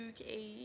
Okay